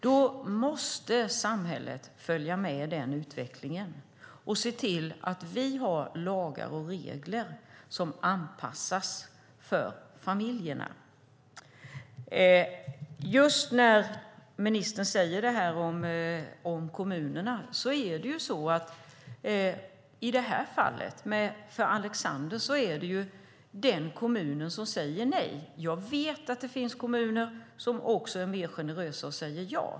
Då måste samhället följa med den utvecklingen och se till att vi har lagar och regler som anpassas till familjerna. Ministern talar om kommunerna. När det gäller Alexander är det just en kommun som säger nej. Jag vet att det finns kommuner som är mer generösa och säger ja.